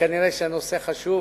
כנראה הנושא חשוב,